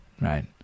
right